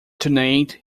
tonight